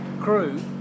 crew